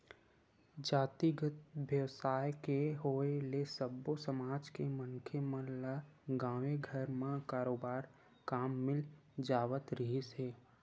जातिगत बेवसाय के होय ले सब्बो समाज के मनखे मन ल गाँवे घर म बरोबर काम मिल जावत रिहिस हे